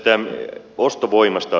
tästä ostovoimasta